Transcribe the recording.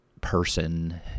person